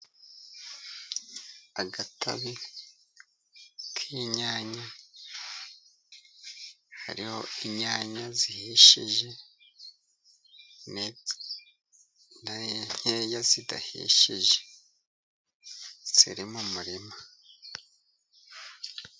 Agatabi k'inyanya, hariho inyanya zihishije, n'izindi nkeya zidahishije, ziri mu murima.